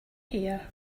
here